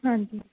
ਹਾਂਜੀ